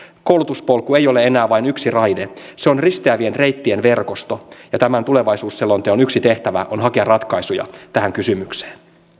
koulutuspolku ei ole enää vain yksi raide se on risteävien reittien verkosto ja tämän tulevaisuusselon yksi tehtävä on hakea ratkaisuja tähän kysymykseen